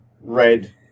Red